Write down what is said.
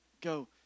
go